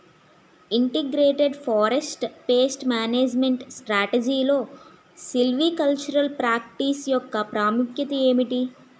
Integrated forest pest management స్ట్రాటజీలో silvicultural practice యెక్క ప్రాముఖ్యత ఏమిటి??